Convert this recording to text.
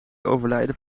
overlijden